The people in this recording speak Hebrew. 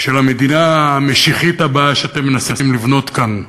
של המדינה המשיחית הבאה שאתם מנסים לבנות כאן.